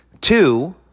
Two